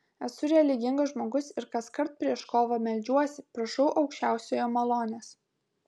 esu religingas žmogus ir kaskart prieš kovą meldžiuosi prašau aukščiausiojo malonės